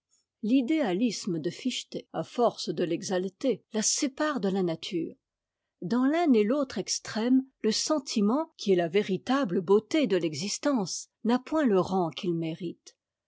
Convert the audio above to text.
l'idéalisme de fichte à force de l'exalter la sépare de la nature dans l'un et l'autre extrême le sentiment qui est la véritable beauté de l'existence n'a point le rang qu'il mérite